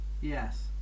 Yes